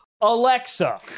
Alexa